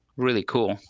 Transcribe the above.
really cool.